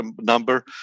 number